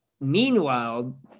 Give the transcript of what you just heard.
Meanwhile